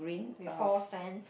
with four stands